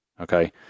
Okay